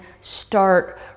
start